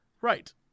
right